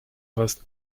fast